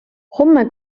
homme